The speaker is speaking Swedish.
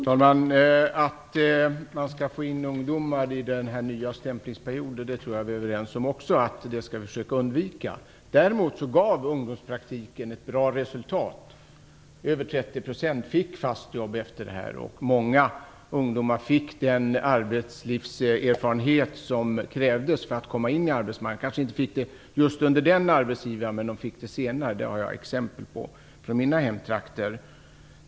Fru talman! Jag tror att vi är överens om att man skall försöka undvika att få in ungdomar i en ny stämplingsperiod. Däremot menar jag att ungdomspraktiken gav ett bra resultat. Över 30 % fick fast jobb efteråt. Många ungdomar fick den arbetslivserfarenhet som krävdes för att komma in på arbetsmarknaden. De kanske inte fick fast jobb just under den arbetsgivaren, men de fick det senare. Det har jag exempel på från mina hemtrakter.